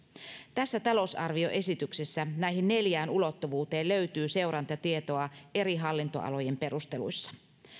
tässä talousarvioesityksessä näihin neljään ulottuvuuteen löytyy seurantatietoa eri hallintoalojen perusteluissa